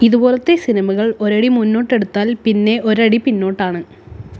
ഇതുപോലത്തെ സിനിമകൾ ഒരടി മുന്നോട്ടെടുത്താൽ പിന്നെ ഒരടി പിന്നോട്ടാണ്